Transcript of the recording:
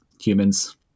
humans